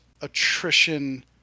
attrition